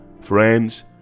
Friends